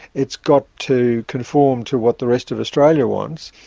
it's got to conform to what the rest of australia wants,